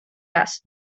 raz